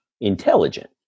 intelligent